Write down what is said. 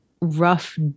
rough